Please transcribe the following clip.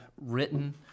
written